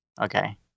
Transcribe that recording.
okay